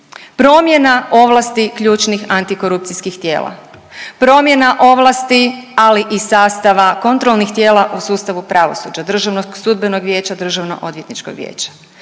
Promjena ovlasti ključnih antikorupcijskih tijela, promjena ovlasti ali i sastava kontrolnih tijela u sustavu pravosuđa Državnog sudbenog vijeća, Državnog odvjetničkog vijeća,